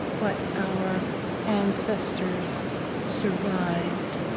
what our ancestors survived,